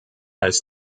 als